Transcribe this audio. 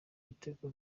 ibitego